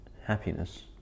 happiness